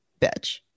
bitch